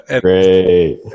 great